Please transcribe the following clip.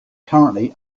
currently